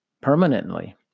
permanently